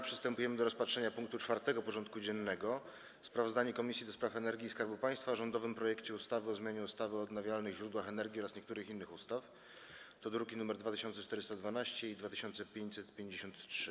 Przystępujemy do rozpatrzenia punktu 4. porządku dziennego: Sprawozdanie Komisji do Spraw Energii i Skarbu Państwa o rządowym projekcie ustawy o zmianie ustawy o odnawialnych źródłach energii oraz niektórych innych ustaw (druki nr 2412 i 2553)